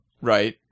right